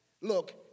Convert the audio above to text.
Look